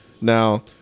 Now